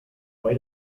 why